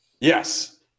Yes